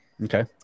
Okay